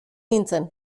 nintzen